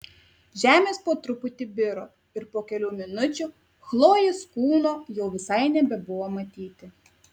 žemės po truputį biro ir po kelių minučių chlojės kūno jau visai nebebuvo matyti